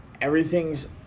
everything's